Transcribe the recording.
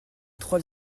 trois